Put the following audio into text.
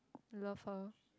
love her